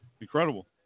Incredible